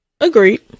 Agreed